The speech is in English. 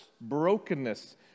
brokenness